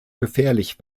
gefährlich